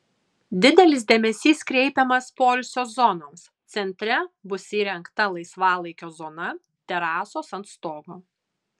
didelis dėmesys kreipiamas poilsio zonoms centre bus įrengta laisvalaikio zona terasos ant stogo